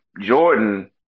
Jordan